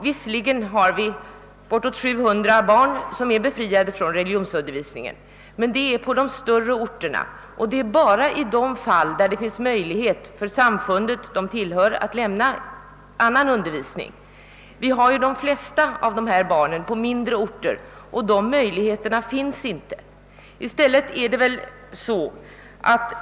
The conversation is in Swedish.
Visserligen är cirka 700 barn befriade från religionsundervisning, men det är barn som bor på de större orterna, och de blir befriade endast i de fall där det samfund de tillhör kan lämna annan religionsundervisning. De flesta barnen bor på orter där annan religionsundervisning inte kan lämnas.